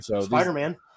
Spider-Man